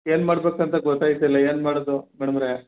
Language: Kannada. ಏನು ಮಾಡಬೇಕು ಅಂತ ಗೊತ್ತಾಗ್ತಾ ಇಲ್ಲ ಏನು ಮಾಡೋದು ಮೇಡಮವ್ರೆ